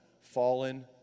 fallen